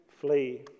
Flee